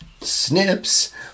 snips